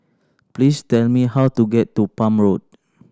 please tell me how to get to Palm Road